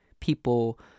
people